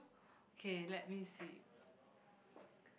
okay let me see